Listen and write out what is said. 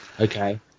okay